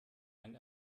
ein